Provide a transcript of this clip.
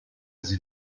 sie